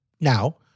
Now